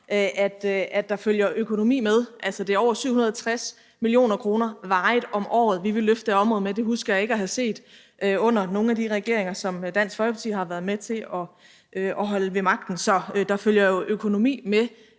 at der følger økonomi med. Altså, det er over 760 mio. kr. varigt om året, vi vil løfte det område med. Det husker jeg ikke at have set under nogen af de regeringer, som Dansk Folkeparti har været med til at holde ved magten. Så der følger økonomi med